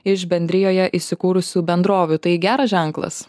iš bendrijoje įsikūrusių bendrovių tai geras ženklas